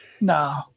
No